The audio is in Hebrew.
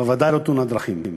אבל ודאי לא תאונת דרכים.